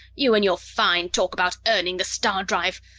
you and your fine talk about earning the star-drive!